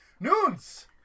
Noons